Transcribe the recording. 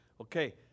Okay